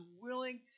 willing